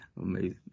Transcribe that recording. Amazing